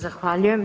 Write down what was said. Zahvaljujem.